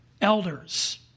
elders